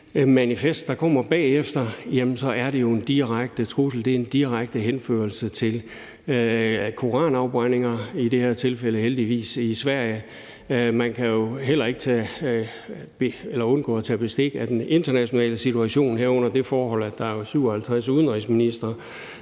manifest, der kommer bagefter, ja, så er det jo en direkte trussel. Det er en direkte henførelse til koranafbrændinger, i det her tilfælde heldigvis i Sverige. Man kan heller ikke undgå at tage bestik af den internationale situation, herunder det forhold, at der jo er 57 udenrigsministre